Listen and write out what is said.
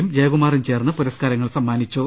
യും ജയകുമാറും ചേർന്ന് പുരസ്കാരങ്ങൾ സമ്മാനിച്ചു